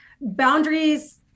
boundaries